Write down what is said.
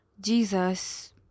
jesus